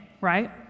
right